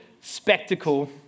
spectacle